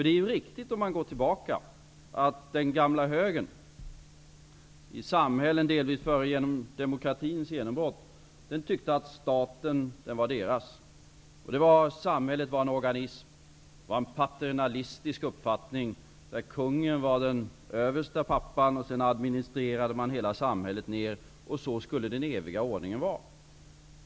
Det är riktigt att den gamla högern, i samhällen från före demokratins genombrott, uttryckte att staten var deras. Samhället var en organism. En patriarkalisk uppfattning rådde där Kungen var den översta pappan, och samhället administrerades ''nedåt''. Så skulle den eviga ordningen råda.